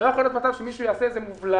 לא יכול להיות מצב שמישהו יעשה איזושהי מובלעת,